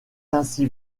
ainsi